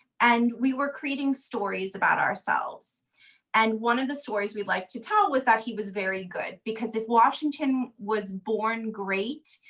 and we were creating stories about ourselves and one of the stories we like to tell is that he was very good because if washington was born great,